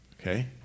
Okay